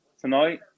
tonight